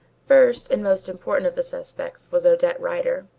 first and most important of the suspects was odette rider.